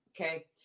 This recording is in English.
okay